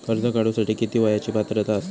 कर्ज काढूसाठी किती वयाची पात्रता असता?